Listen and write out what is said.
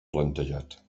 plantejat